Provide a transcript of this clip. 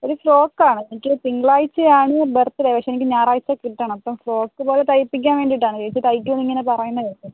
ഒര് ഫ്രോക്ക് ആണ് എനിക്ക് തിങ്കളാഴ്ചയാണ് ബർത്ത്ഡേ പക്ഷേ എനിക്ക് ഞായറാഴ്ച കിട്ടണം അപ്പോൾ ഫ്രോക്ക് പോലെ തയ്പ്പിക്കാൻ വേണ്ടിയിട്ടാണ് ചേച്ചി തയ്ക്കുന്നു ഇങ്ങനെ പറയുന്ന ത് കേട്ടപ്പം